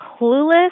clueless